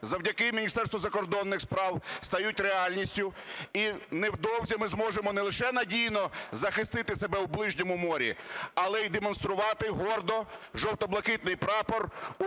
завдяки Міністерству закордонних справ стають реальністю. І невдовзі ми зможемо не лише надійно захистити себе в ближньому морі, але й демонструвати гордо жовто-блакитний прапор